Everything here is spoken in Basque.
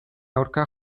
aurka